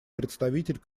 представитель